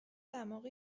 دماغ